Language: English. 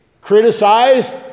criticized